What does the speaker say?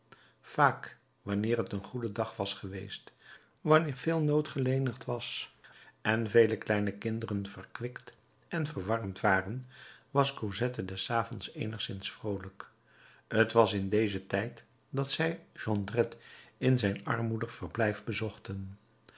vaak wanneer het een goede dag was geweest wanneer veel nood gelenigd was en vele kleine kinderen verkwikt en verwarmd waren was cosette des avonds eenigszins vroolijk t was in dezen tijd dat zij jondrette in zijn armoedig verblijf bezochten